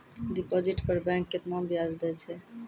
Deposit पर bank केतना ब्याज दै छै?